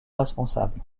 responsables